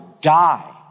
die